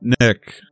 Nick